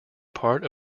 part